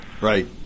Right